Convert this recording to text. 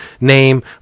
name